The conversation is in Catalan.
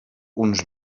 uns